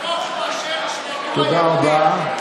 ונהפוך הוא, תודה רבה.